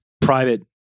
private